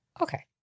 Okay